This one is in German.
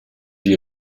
die